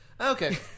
Okay